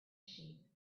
sheep